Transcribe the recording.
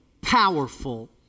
powerful